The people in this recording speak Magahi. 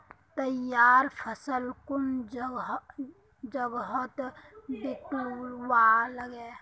तैयार फसल कुन जगहत बिकवा लगे?